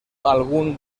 algun